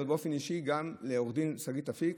אבל באופן אישי גם לעו"ד שגית אפיק,